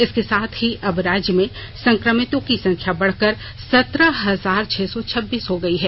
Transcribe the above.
इसके साथ ही अब राज्य में संक्रमितों की संख्या बढ़कर सत्रह हजार छह सौ छब्बीस हो गयी है